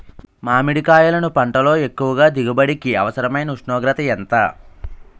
మామిడికాయలును పంటలో ఎక్కువ దిగుబడికి అవసరమైన ఉష్ణోగ్రత ఎంత?